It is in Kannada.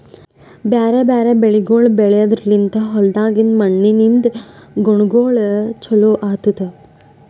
ಬ್ಯಾರೆ ಬ್ಯಾರೆ ಬೆಳಿಗೊಳ್ ಬೆಳೆದ್ರ ಲಿಂತ್ ಹೊಲ್ದಾಗಿಂದ್ ಮಣ್ಣಿನಿಂದ ಗುಣಗೊಳ್ ಚೊಲೋ ಆತ್ತುದ್